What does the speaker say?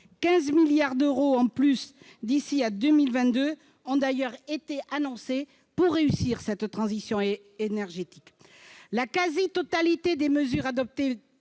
milliards d'euros en plus d'ici à 2022 ont d'ailleurs été annoncés pour réussir cette transition énergétique. La quasi-totalité des mesures adoptées